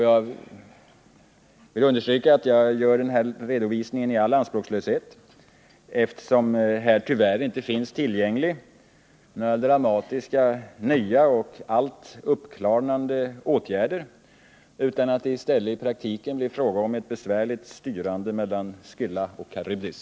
Jag vill understryka att jag gör denna redovisning i all anspråkslöshet, eftersom här tyvärr inte finns tillgängliga några dramatiska, nya och allt uppklarande åtgärder, det blir i stället i praktiken fråga om ett besvärligt styrande mellan Scylla och Charybdis.